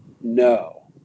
no